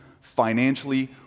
financially